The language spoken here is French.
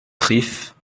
griffes